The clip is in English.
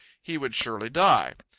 he would surely die.